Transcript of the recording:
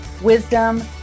wisdom